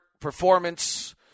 performance